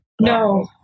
No